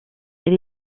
elle